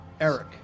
Eric